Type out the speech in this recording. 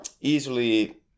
easily